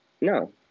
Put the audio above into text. no